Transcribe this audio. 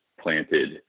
planted